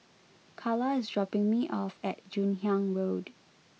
Carla is dropping me off at Joon Hiang Road